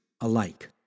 alike